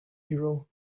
hero